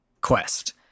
quest